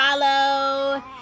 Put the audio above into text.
follow